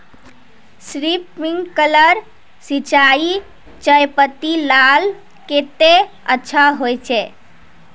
Sprinkler सिंचाई चयपत्ति लार केते अच्छा होचए?